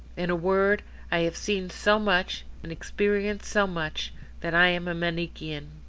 in a word i have seen so much, and experienced so much that i am a manichean.